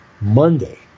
Monday